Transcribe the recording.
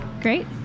Great